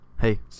Hey